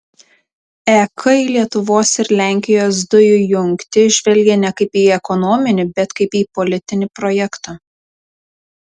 ek į lietuvos ir lenkijos dujų jungtį žvelgia ne kaip į ekonominį bet kaip į politinį projektą